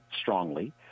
strongly